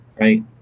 Right